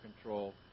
control